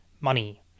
Money